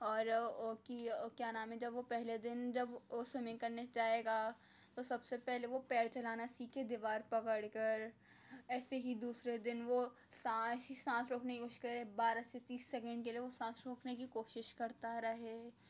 اور کیا نام ہے جب وہ پہلے دن جب او سیمونگ کرنے جائے گا تو سب سے پہلے وہ پیر چلانا سیکھے دیوار پکڑ کر ایسے ہی دوسرے دن وہ سانس سانس روکنے کی کوشش کرے بارہ سے تیس سیکنڈ کے لیے وہ سانس روکنے کی کوشش کرتا رہے